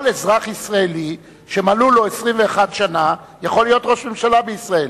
כל אזרח ישראל שמלאו לו 21 שנה יכול להיות ראש ממשלה בישראל.